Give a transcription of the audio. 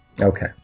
Okay